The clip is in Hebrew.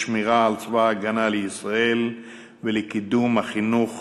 לשמירה על צבא הגנה לישראל ולקידום החינוך